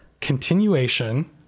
continuation